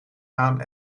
aan